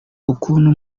ukuntu